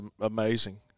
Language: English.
amazing